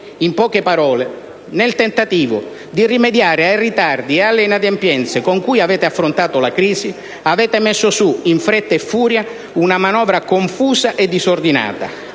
In poche parole, nel tentativo di rimediare ai ritardi e alle inadempienze con cui avete affrontato la crisi, avete messo su in fretta e furia una manovra confusa e disordinata,